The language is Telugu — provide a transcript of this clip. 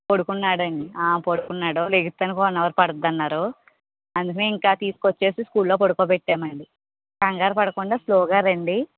పడుకున్నాడండి పడుకున్నాడు లెగుస్తానికి వన్ అవర్ పట్టుద్ధన్నారు అందుకనే ఇంకా తీసుకు వచ్చేసి స్కూల్ లో పడుకోబెట్టామండి కంగారు పడకుండా స్లోగా రండి